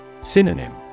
Synonym